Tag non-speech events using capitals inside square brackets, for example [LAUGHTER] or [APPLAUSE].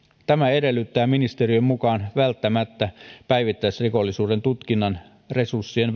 tämä edellyttää ministeriön mukaan välttämättä päivittäisrikollisuuden tutkinnan resurssien [UNINTELLIGIBLE]